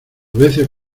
veces